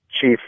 chief